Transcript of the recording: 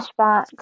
flashbacks